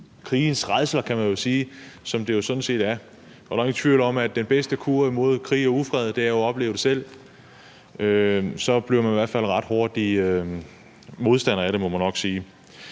krigens rædsler, kan man sige. Der er nok ingen tvivl om, at den bedste kur imod krig og ufred er at opleve det selv. Så bliver man i hvert fald ret hurtigt modstander af det, må man nok sige.